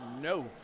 No